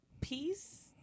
Peace